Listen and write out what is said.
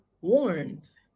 warns